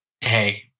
hey